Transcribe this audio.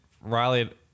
Riley